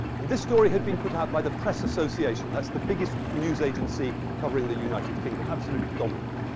and this story had been put out by the press association. that's the biggest news agency covering the united kingdom. absolutely dominant.